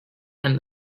and